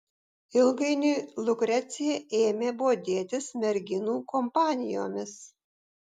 ilgainiui lukrecija ėmė bodėtis merginų kompanijomis